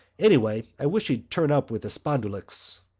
anyway, i wish he'd turn up with the spondulics.